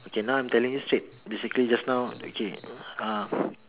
okay now I'm telling you straight basically just now okay uh